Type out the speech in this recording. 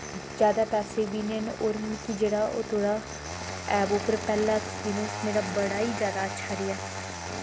ते जादा पैसे बी निं हैन होर मिगी जेह्ड़ा ओह् थोआढ़े ऐप पर पैह्ला अक्सपीरिंस मेरा बड़ा गै जादा अच्छा रेहा